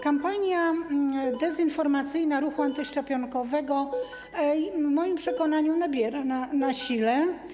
Kampania dezinformacyjna ruchu antyszczepionkowego w moim przekonaniu przybiera na sile.